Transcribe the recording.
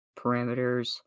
parameters